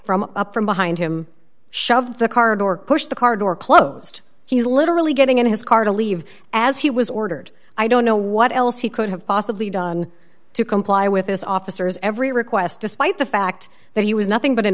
from up from behind him shove the car door pushed the car door closed he was literally getting into his car to leave as he was ordered i don't know what else he could have possibly done to comply with his officers every request despite the fact that he was nothing but an